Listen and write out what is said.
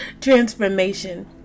transformation